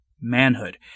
manhood